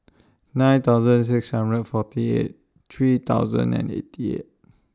nine thousand six hundred forty eight three thousand and eighty eight